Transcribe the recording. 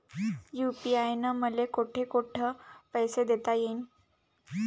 UPI न मले कोठ कोठ पैसे देता येईन?